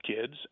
kids